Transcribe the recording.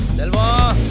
the law